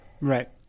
Right